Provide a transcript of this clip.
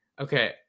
okay